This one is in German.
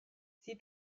sie